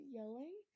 yelling